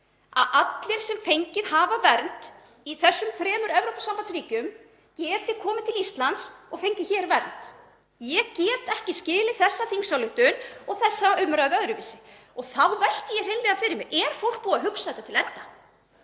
að allir sem fengið hafa vernd í þessum þremur Evrópusambandsríkjum geti komið til Íslands og fengið vernd. Ég get ekki skilið þessa þingsályktun og þessa umræðu öðruvísi og þá velti ég hreinlega fyrir mér: Er fólk búið að hugsa þetta til enda?